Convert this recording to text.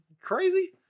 Crazy